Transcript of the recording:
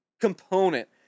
component